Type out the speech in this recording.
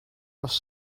was